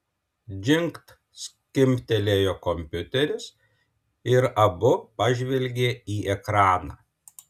džingt skimbtelėjo kompiuteris ir abu pažvelgė į ekraną